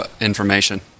information